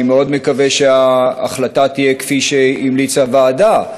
מקווה מאוד שההחלטה תהיה כפי שהמליצה הוועדה,